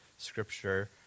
Scripture